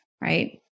right